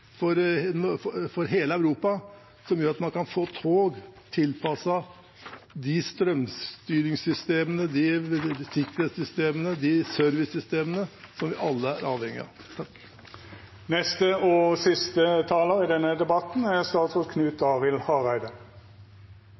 for hele Europa, som gjør at man kan få tog tilpasset de strømstyringssystemene og de servicesystemene som vi alle er avhengige av. Representanten Jegstad har fått mange velfortente godord, både for kunnskapen sin og